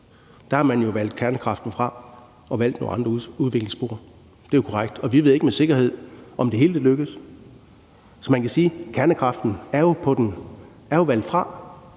har man jo valgt kernekraften fra og valgt nogle andre udviklingsspor. Det er jo korrekt. Og vi ved ikke med sikkerhed, om det hele vil lykkes. Så man kan sige, at kernekraften jo er valgt fra